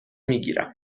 میگیرم